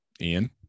Ian